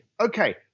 Okay